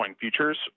futures